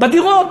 בדירות,